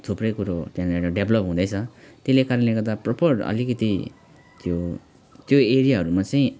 थुप्रै कुरो त्यहाँनेरि डेभलोप हुँदैछ त्यसले कारणले गर्दा प्रपर अलिकति त्यो त्यो एरियाहरूमा चाहिँ